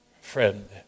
friend